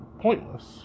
pointless